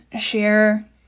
share